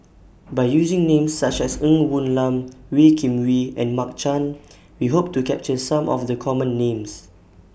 By using Names such as Ng Woon Lam Wee Kim Wee and Mark Chan We Hope to capture Some of The Common Names